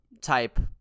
type